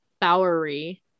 Bowery